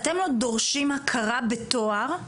אתם לא דורשים הכרה בתואר,